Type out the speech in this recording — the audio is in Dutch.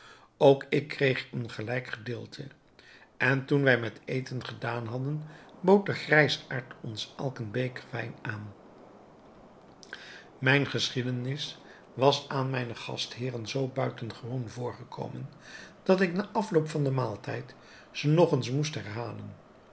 ook ik kreeg een gelijk gedeelte en toen wij met eten gedaan hadden bood de grijsaard ons elk een beker wijn aan mijne geschiedenis was aan mijne gastheeren zoo buitengewoon voorgekomen dat ik na afloop van den maaltijd ze nog eens moest herhalen